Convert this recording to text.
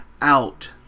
out